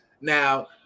now